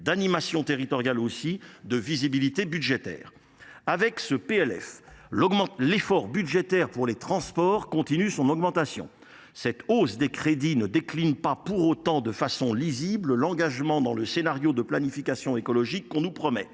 d’animation territoriale et de visibilité budgétaire. Avec ce PLF, l’effort budgétaire pour les transports continue son augmentation. Pour autant, cette hausse des crédits ne décline pas de manière lisible l’engagement dans le scénario de planification écologique que l’on nous promet.